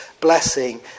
blessing